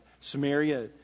Samaria